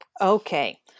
Okay